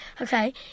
Okay